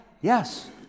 Yes